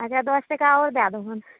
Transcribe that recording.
अच्छा दश टका आओर दए